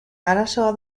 arazoa